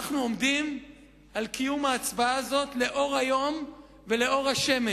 אנחנו עומדים על קיום ההצבעה הזאת לאור היום ולאור השמש.